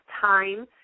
time